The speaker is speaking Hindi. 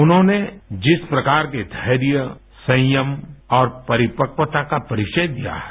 उन्होंने जिस प्रकार के धैर्य संयम और परिपक्वता का परिचय दिया है